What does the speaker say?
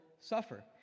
suffer